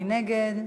מי נגד?